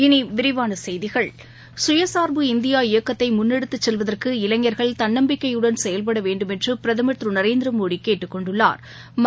இனி விரிவான செய்திகள் சுயசார்பு இந்தியா இயக்கத்தை முன்னெடுத்துச் செல்வதற்கு இளைஞர்கள் தன்னம்பிக்கையுடன் செயல்பட வேண்டுமென்று பிரதமா் திரு நரேந்திரமோடி கேட்டுக் கொண்டுள்ளாா்